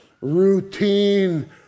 routine